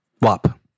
WAP